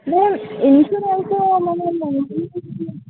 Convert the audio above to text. no insurance ఏమన్న ఉందా madam మీకు